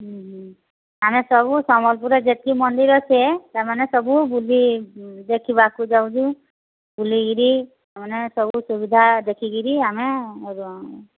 ଉଁ ହୁଁ ଆମେ ସବୁ ସମ୍ୱଲପୁରରେ ଯେତିକି ମନ୍ଦିର ଅଛି ସେମାନେ ସବୁ ବୁଲି ଦେଖିବାକୁ ଯାଉଛୁ ବୁଲି କିରି ଏମାନେ ସବୁ ସୁବିଧା ଦେଖି କିରି ଆମେ